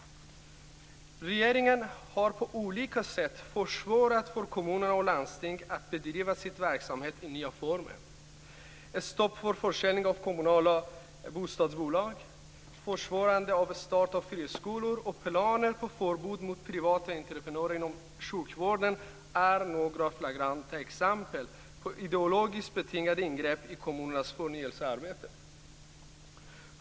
Regeringen har på olika sätt försvårat för kommunerna och landstingen att bedriva sin verksamhet i nya former. Ett stopp för försäljning av kommunala bostadsbolag, försvårande av start av friskolor och planer på förbud mot privata entreprenörer inom sjukvården är några flagranta exempel på ideologiskt betingade ingrepp i kommunernas förnyelsearbete.